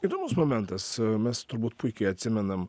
įdomus momentas mes turbūt puikiai atsimenam